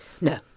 No